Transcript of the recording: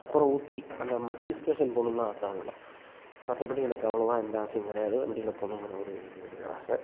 அப்புறம் ஊட்டி அந்த hill station போகணும்னு தான் ஆசை அவ்ளோ தான் மற்றபடி எனக்கு அவ்வளவா எந்த ஆசையும் கிடையாது வண்டியில் போகணுங்கிற ஒரு ஆசை